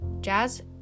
Jazz